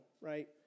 right